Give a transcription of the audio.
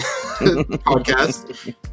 podcast